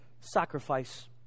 sacrifice